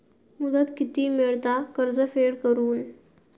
मुदत किती मेळता कर्ज फेड करून?